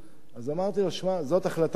אז אמרתי לו: שמע, זו החלטה אמיצה.